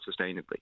sustainably